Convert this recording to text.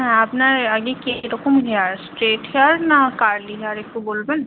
হ্যাঁ আপনার আগে কিরকম হেয়ার স্ট্রেট হেয়ার না কার্লি হেয়ার একটু বলবেন